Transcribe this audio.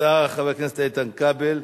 תודה לחבר הכנסת איתן כבל.